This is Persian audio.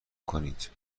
کنید